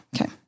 Okay